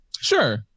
Sure